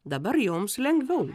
dabar joms lengviau